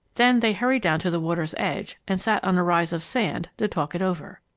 then they hurried down to the water's edge and sat on a rise of sand to talk it over.